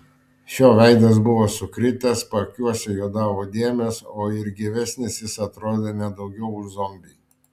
šio veidas buvo sukritęs paakiuose juodavo dėmės o ir gyvesnis jis atrodė ne daugiau už zombį